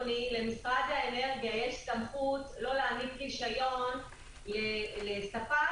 למשרד האנרגיה יש סמכות לא להעניק רישיון לספק